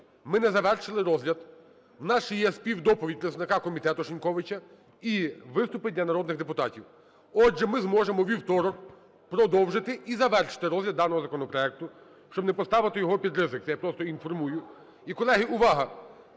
ми не завершили розгляд. У нас ще є співдоповідь представника комітету Шиньковича і виступи для народних депутатів. Отже, ми зможемо у вівторок продовжити і завершити розгляд даного законопроекту, щоб не поставити його під ризик, це я просто інформую. І, колеги, увага!